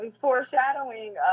foreshadowing